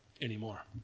anymore